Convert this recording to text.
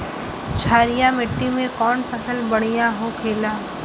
क्षारीय मिट्टी में कौन फसल बढ़ियां हो खेला?